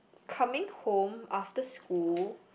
coming home after school